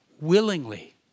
Willingly